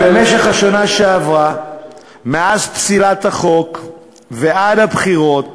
במשך השנה שעברה מאז פסילת החוק ועד הבחירות